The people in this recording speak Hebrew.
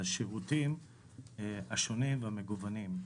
לשירותים השונים והמגוונים.